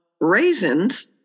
raisins